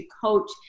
coach